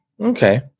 Okay